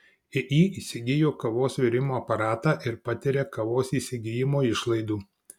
iį įsigijo kavos virimo aparatą ir patiria kavos įsigijimo išlaidų